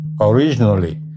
originally